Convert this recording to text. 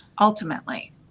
ultimately